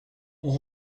ont